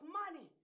money